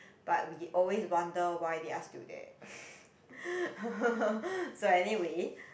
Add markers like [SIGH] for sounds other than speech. but we always wonder why they are still there [BREATH] [LAUGHS] so anyway